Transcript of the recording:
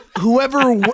whoever